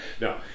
no